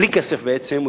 בלי כסף בעצם,